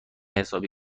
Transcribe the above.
حسابی